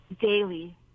daily